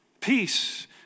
Peace